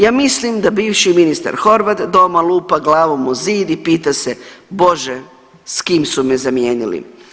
Ja mislim da bivši ministar Horvat doma lupa glavom o zid i pita se Bože s kim su me zamijenili.